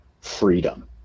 freedom